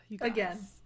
again